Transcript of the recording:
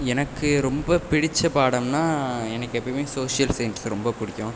எனக்கு ரொம்ப பிடித்த பாடம்னால் எனக்கு எப்போயுமே சோஷியல் சயின்ஸ் ரொம்ப பிடிக்கும்